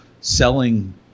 selling